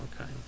okay